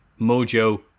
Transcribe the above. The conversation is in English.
Mojo